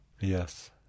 Yes